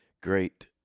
great